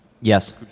Yes